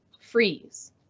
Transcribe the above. Freeze